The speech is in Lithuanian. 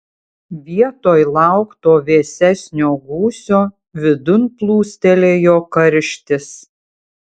vietoj laukto vėsesnio gūsio vidun plūstelėjo karštis